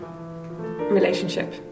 relationship